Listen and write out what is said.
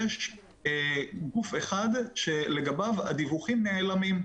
יש גוף אחד שלגביו הדיווחים נעלמים,